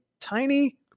tiny